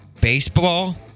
Baseball